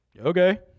okay